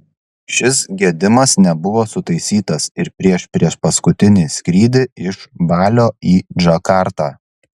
šis gedimas nebuvo sutaisytas ir prieš priešpaskutinį skrydį iš balio į džakartą